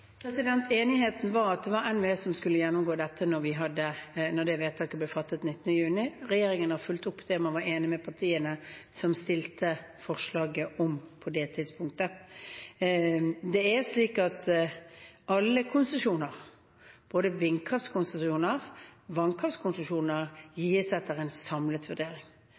Enigheten gikk ut på at det var NVE som skulle gjennomgå dette, da det vedtaket ble fattet 19. juni. Regjeringen har fulgt opp det man var enig om med partiene som stilte forslaget, på det tidspunktet. Alle konsesjoner, både vindkraftkonsesjoner og vannkraftkonsesjoner, blir gitt etter en samlet vurdering.